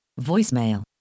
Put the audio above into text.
Voicemail